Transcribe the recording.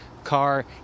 car